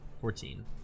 Fourteen